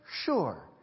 Sure